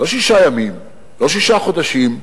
לא שישה ימים, לא שישה חודשים,